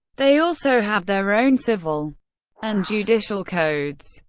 they also have their own civil and judicial codes.